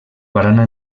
barana